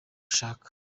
ishaka